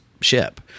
ship